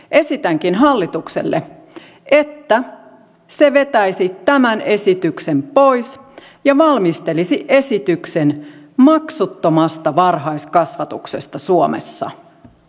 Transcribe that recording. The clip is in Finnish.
esitänkin hallitukselle että se vetäisi tämän esityksen pois ja valmistelisi esityksen maksuttomasta varhaiskasvatuksessa suomessa